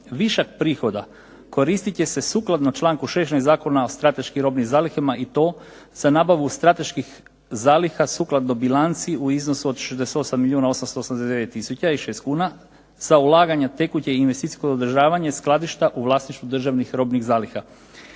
Višak prihoda koristit će se sukladno članku 16. Zakona o strateškim robnim zalihama i to za nabavu strateških zaliha sukladno bilanci u iznosu od 68 milijuna 889 tisuća i 6 kuna sa ulaganja tekućeg investicijskog održavanja skladišta u vlasništvu Državnih robnih zaliha.